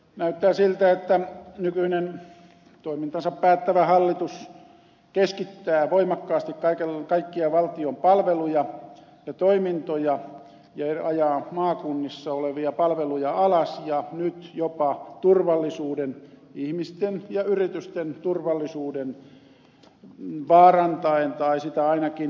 näyttää siltä että nykyinen toimintansa päättävä hallitus keskittää voimakkaasti kaikkia valtion palveluja ja toimintoja ja ajaa maakunnissa olevia palveluja alas nyt jopa turvallisuuden ihmisten ja yritysten turvallisuuden vaarantaen tai sitä ainakin heikentäen